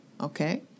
Okay